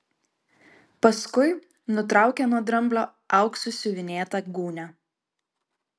paskui nutraukė nuo dramblio auksu siuvinėtą gūnią